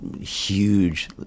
huge